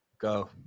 go